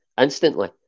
instantly